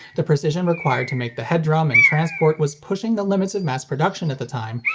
the precision required to make the head drum and transport was pushing the limits of mass production at the time,